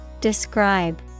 Describe